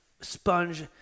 sponge